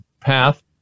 path